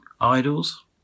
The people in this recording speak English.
idols